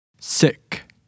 sick